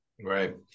Right